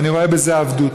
ואני רואה בזה עבדות.